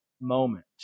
moment